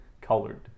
colored